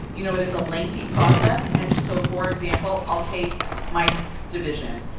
you know it is a lengthy process and so for example, i'll take my division.